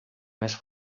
més